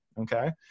Okay